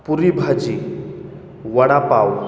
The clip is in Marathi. पुरी भाजी वडापाव